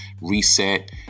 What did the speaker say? reset